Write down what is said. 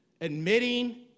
admitting